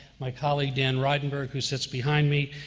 my colleague, dan ridenberg, who sits behind me,